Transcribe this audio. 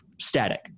static